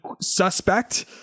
suspect